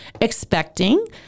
expecting